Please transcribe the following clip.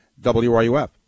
WRUF